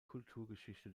kulturgeschichte